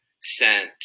sent